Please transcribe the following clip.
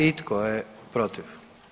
I tko je protiv?